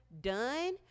done